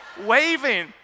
waving